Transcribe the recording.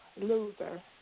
loser